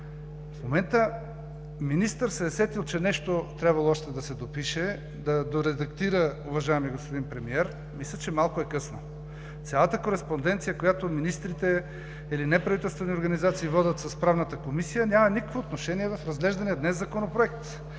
В момента министър се е сетил, че нещо е трябвало още да се допише, да доредактира уважаемия господин премиер, мисля, че малко е късно. Цялата кореспонденция, която министрите или неправителствени организации водят с Правната комисия, няма никакво отношение в разглеждания днес Законопроект!